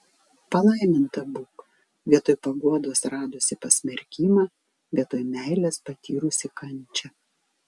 palaiminta būk vietoj paguodos radusi pasmerkimą vietoj meilės patyrusi kančią